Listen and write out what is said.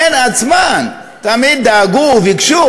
הן עצמן תמיד דאגו וביקשו